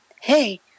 hey